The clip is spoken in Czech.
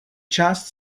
část